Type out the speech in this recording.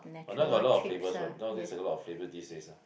but now got a lot of flavors what nowadays a lot of flavors these days